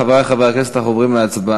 חברי הכנסת, אנחנו עוברים להצבעה.